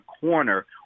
corner